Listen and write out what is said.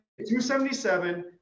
277